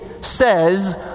says